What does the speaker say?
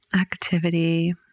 activity